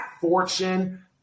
Fortune